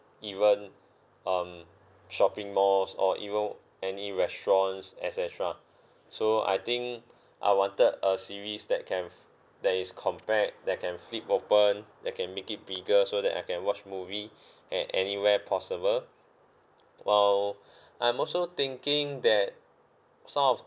even um shopping malls or even any restaurants et cetera so I think I wanted a series that can f~ that is compact that can flip open that can make it bigger so that I can watch movie at anywhere possible well I'm also thinking that some of